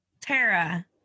Tara